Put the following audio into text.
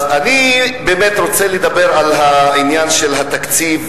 אז אני באמת רוצה לדבר על העניין של התקציב,